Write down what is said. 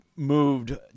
Moved